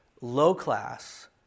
low-class